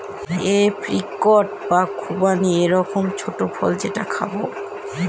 apricot বা খুবানি এক রকমের ছোট্ট ফল যেটা খাবো